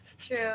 true